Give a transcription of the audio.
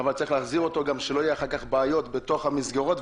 אבל צריך להחזיר אותו כך שלא יהיו אחר-כך בעיות בתוך המסגרות,